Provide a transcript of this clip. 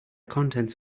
contents